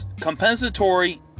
compensatory